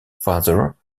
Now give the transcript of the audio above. father